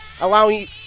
allowing